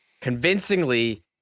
convincingly